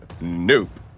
Nope